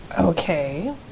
Okay